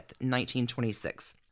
1926